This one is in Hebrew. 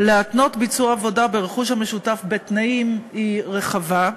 להתנות ביצוע עבודה ברכוש המשותף בתנאים היא רחבה,